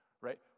right